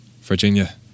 Virginia